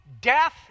Death